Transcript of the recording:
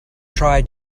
try